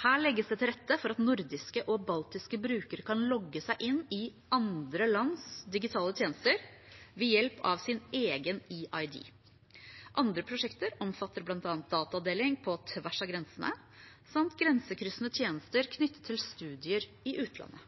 Her legges det til rette for at nordiske og baltiske brukere kan logge seg inn i andre lands digitale tjenester ved bruk av sin egen eID. Andre prosjekter omfatter bl.a. datadeling på tvers av grensene samt grensekryssende tjenester knyttet til studier i utlandet.